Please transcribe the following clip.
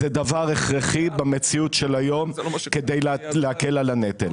זה דבר הכרחי במציאות של היום, כדי להקל על הנטל.